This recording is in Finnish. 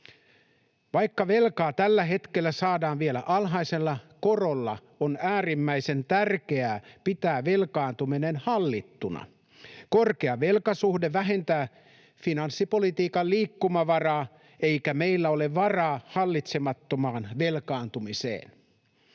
Vaikka velkaa tällä hetkellä saadaan vielä alhaisella korolla, on äärimmäisen tärkeää pitää velkaantuminen hallittuna. Korkea velkasuhde vähentää finanssipolitiikan liikkumavaraa, eikä meillä ole varaa hallitsemattomaan velkaantumiseen.